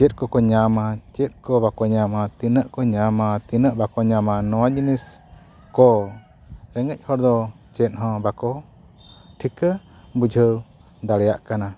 ᱪᱮᱫ ᱠᱚᱠᱚ ᱧᱟᱢᱟ ᱪᱮᱫ ᱠᱚ ᱵᱟᱠᱚ ᱧᱟᱢᱟ ᱛᱤᱱᱟᱹᱜ ᱠᱚ ᱧᱟᱢᱟ ᱛᱤᱱᱟᱹᱜ ᱠᱚ ᱵᱟᱠᱚ ᱧᱟᱢᱟ ᱱᱚᱣᱟ ᱡᱤᱱᱤᱥ ᱠᱚ ᱨᱮᱸᱜᱮᱡ ᱦᱚᱲᱫᱚ ᱪᱮᱫᱦᱚᱸ ᱵᱟᱠᱚ ᱴᱷᱤᱠᱟᱹ ᱵᱩᱡᱷᱟᱹᱣ ᱫᱟᱲᱮᱭᱟᱜ ᱠᱟᱱᱟ